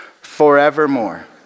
forevermore